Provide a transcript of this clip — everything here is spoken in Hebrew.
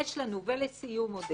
ולסיום, עודד,